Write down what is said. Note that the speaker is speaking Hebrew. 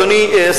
אדוני,